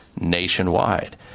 nationwide